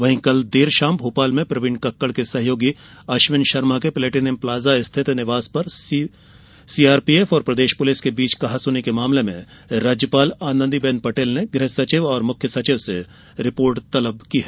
वहीं कल देर शाम भोपाल में प्रवीण कक्कड़ के सहयोगी अश्विन शर्मा के प्लेटिनम प्लाजा स्थित निवास पर सीआरपीएफ और प्रदेष पुलिस के बीच कहासुनी के मामले में राज्यपाल आनंदी बेन पटेल ने गृहसचिव और मुख्य सचिव से रिपोर्ट तलब की है